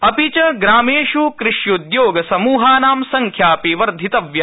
अपि च ग्रामेष् कृष्य्द्योग समूहानां संख्याऽपि वर्धितव्या